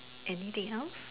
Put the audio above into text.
anything else